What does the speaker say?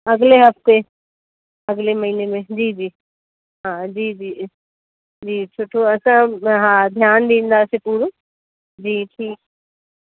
अॻिले हफ़्ते अॻिले महीने में जी जी हा जी जी जी सुठो आहे असां हा ध्यानु ॾींदासीं पूरो जी ठीकु